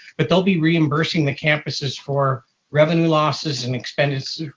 but they'll be reimbursing the campuses for revenue losses and expenditures,